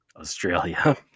Australia